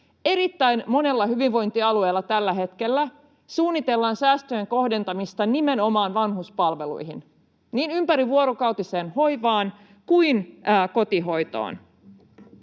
Erittäin monella hyvinvointialueella tällä hetkellä suunnitellaan säästöjen kohdentamista nimenomaan vanhuspalveluihin, niin ympärivuorokautiseen hoivaan kuin kotihoitoon.